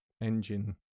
engine